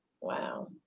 Wow